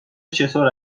چطور